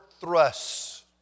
thrusts